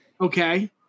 Okay